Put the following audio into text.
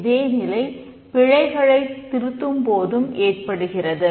இதேநிலை பிழைகளைத் திருத்தம் போதும் ஏற்படுகிறது